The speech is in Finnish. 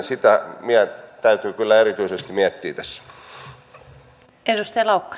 sitä täytyy kyllä erityisesti miettiä tässä